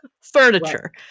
furniture